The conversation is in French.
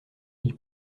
ils